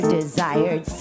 desired